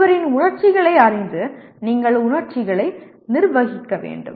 ஒருவரின் உணர்ச்சிகளை அறிந்து நீங்கள் உணர்ச்சிகளை நிர்வகிக்க வேண்டும்